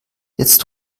jetzt